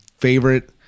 favorite